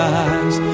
eyes